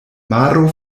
maro